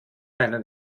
einen